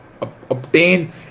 obtain